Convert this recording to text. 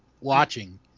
watching